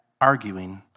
arguing